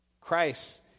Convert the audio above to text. Christ